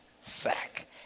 sack